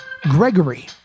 Gregory